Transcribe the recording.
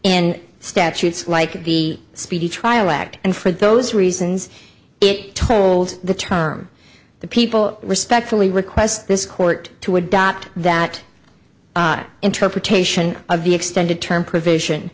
in statutes like the speedy trial act and for those reasons it told the term the people respectfully request this court to adopt that interpretation of the extended term provision